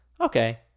okay